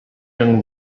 young